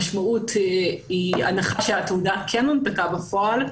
המשמעות היא הנחה שהתעודה כן הונפקה בפועל,